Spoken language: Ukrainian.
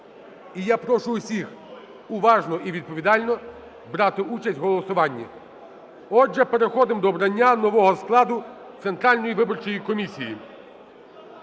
І я прошу всіх уважно і відповідально брати участь в голосуванні. Отже, переходимо до обрання нового складу Центральної виборчої комісії.